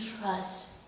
trust